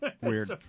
Weird